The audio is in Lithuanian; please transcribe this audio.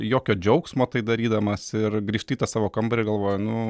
jokio džiaugsmo tai darydamas ir grįžti į tą savo kambarį galvoj nu